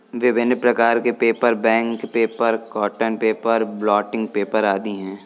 विभिन्न प्रकार के paper, bank paper, cotton paper, blotting paper आदि हैं